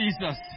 Jesus